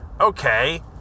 okay